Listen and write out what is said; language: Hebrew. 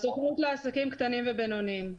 הסוכנות לעסקים קטנים ובינוניים.